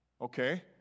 Okay